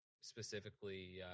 specifically